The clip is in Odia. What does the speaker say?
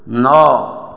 ନଅ